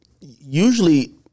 usually